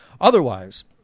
Otherwise